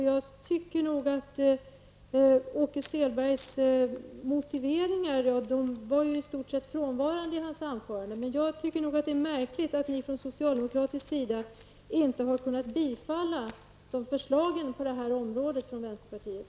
Jag tycker i alla fall att Åke Selbergs anförande i stort sett saknade motiveringar. Jag tycker också att det är märkligt att ni från socialdemokratisk sida inte kunnat tillstyrka förslagen från vänsterpartiet på det här området.